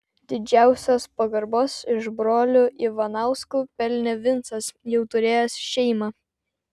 didžiausios pagarbos iš brolių ivanauskų pelnė vincas jau turėjęs šeimą